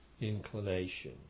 inclination